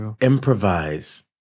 improvise